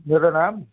मेरो नाम